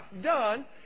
done